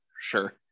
sure